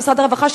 במשרד הרווחה,